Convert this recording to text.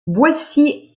boissy